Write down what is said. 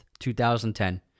2010